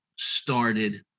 started